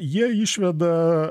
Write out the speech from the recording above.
jie išveda